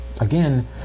again